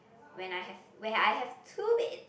when I have where I have two bed